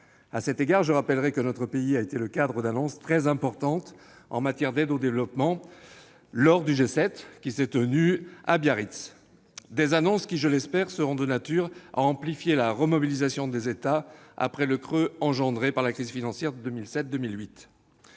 À cet égard, je rappellerai que notre pays a accueilli des annonces très importantes en matière d'aide au développement lors du G 7 qui s'est tenu à Biarritz, annonces qui, je l'espère, seront de nature à amplifier la remobilisation des États après le creux résultant de la crise financière de 2007-2008.